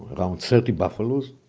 around thirty buffaloes,